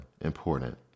important